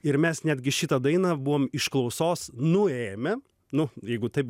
ir mes netgi šitą dainą buvom iš klausos nuėmę nu jeigu taip